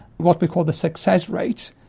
what we call the success rate,